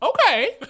Okay